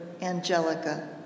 Angelica